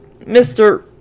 Mr